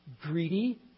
greedy